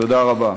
תודה רבה.